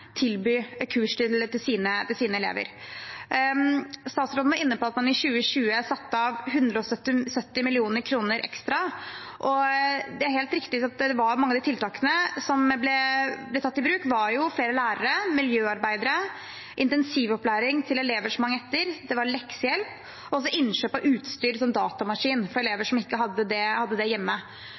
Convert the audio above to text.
til sine elever. Statsråden var inne på at man i 2020 har satt av 170 mill. kr ekstra. Det er helt riktig at mange av de tiltakene som ble tatt i bruk, var flere lærere, miljøarbeidere og intensivopplæring til elever som hang etter, og det var leksehjelp og innkjøp av utstyr, slik som datamaskin for elever som ikke